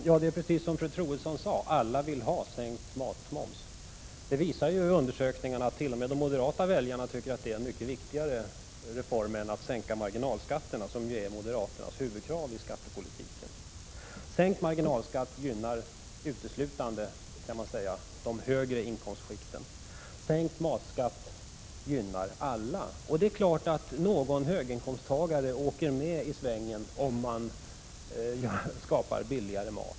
Herr talman! Precis som fru Troedsson sade, vill alla ha sänkt matmoms. Undersökningar visar att t.o.m. de moderata väljarna tycker att det är en mycket viktigare reform än att sänka marginalskatterna, som ju är moderaternas huvudkrav i skattepolitiken. Sänkt marginalskatt gynnar uteslutande, kan man säga, de högre inkomstskikten. Sänkt matskatt gynnar alla, och det är klart att även höginkomstta gare åker med i svängen om man åstadkommer att maten blir billigare.